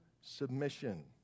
submission